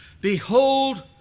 Behold